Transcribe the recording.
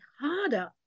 harder